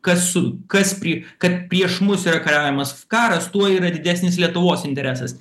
kas su kas pri kad prieš mus yra kariaujamas karas tuo yra didesnis lietuvos interesas